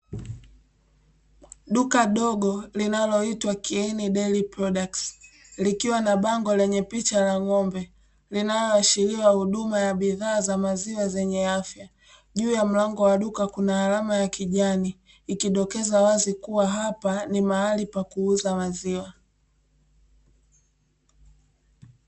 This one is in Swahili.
Duka dogo linaloitwa kieni daili prodaktizi likiwa na bango lenye picha ya ng'ombe linaloashiria huduma za bidhaa za maziwa zenye afya, juu ya mlango wa duka kuna alama ya kijani ikidokeza wazi kuwa hapa ni mahali pa kuuza maziwa.